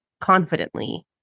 confidently